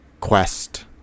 quest